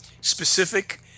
specific